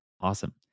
Awesome